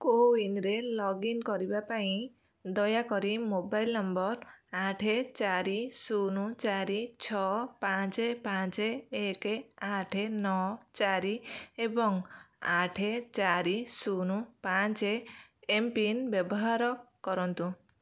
କୋୱିନ୍ରେ ଲଗ୍ଇନ୍ କରିବା ପାଇଁ ଦୟାକରି ମୋବାଇଲ୍ ନମ୍ବର୍ ଆଠେ ଚାରି ଶୂନ ଚାରି ଛଅ ପାଞ୍ଚେ ପାଞ୍ଚେ ଏକେ ଆଠେ ନଅ ଚାରି ଏବଂ ଆଠେ ଚାରି ଶୂନ ପାଞ୍ଚେ ଏମ୍ପିନ୍ ବ୍ୟବହାର କରନ୍ତୁ